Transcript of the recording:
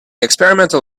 experimental